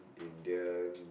Indian